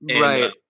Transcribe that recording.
right